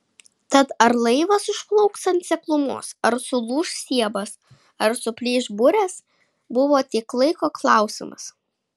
tad ar laivas užplauks ant seklumos ar sulūš stiebas ar suplyš burės buvo tik laiko klausimas